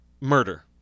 Murder